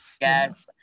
yes